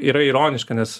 yra ironiška nes